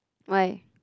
why